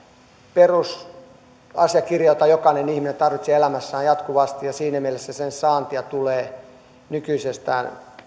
perusasiakirja jota jokainen ihminen tarvitsee elämässään jatkuvasti ja siinä mielessä sen saantia tulee nykyisestään